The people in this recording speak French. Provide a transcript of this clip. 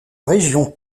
région